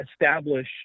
establish